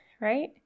right